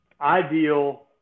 ideal